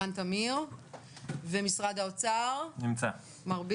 אני חושבת שזכות הדיבור הראשונה אליך, מר בינג.